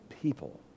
people